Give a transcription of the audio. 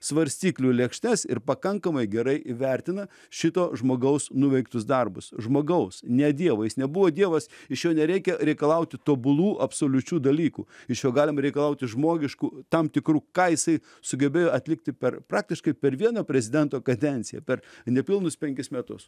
svarstyklių lėkštes ir pakankamai gerai įvertina šito žmogaus nuveiktus darbus žmogaus ne dievo jis nebuvo dievas iš jo nereikia reikalauti tobulų absoliučių dalykų iš jo galim reikalauti žmogiškų tam tikrų ką jisai sugebėjo atlikti per praktiškai per vieną prezidento kadenciją per nepilnus penkis metus